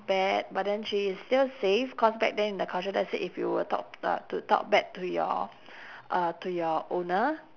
bad but then she is still safe cause back then in the culture let's say if you were talk uh to talk back to your uh to your owner